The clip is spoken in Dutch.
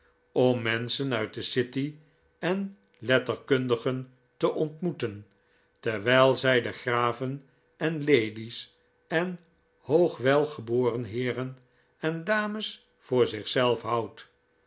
om menschen uit decity en letterkundigen te ontmoeten terwijl zij de graven en lady's en de hoogwelgeboren heeren en dames voor zichzelf houdt